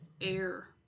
air